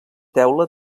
teula